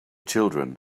children